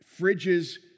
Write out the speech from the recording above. fridges